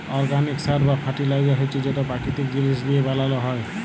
organic সার বা fertiliser হছে যেট পাকিতিক জিলিস লিঁয়ে বালাল হ্যয়